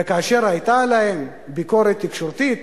וכאשר היתה עליהם ביקורת תקשורתית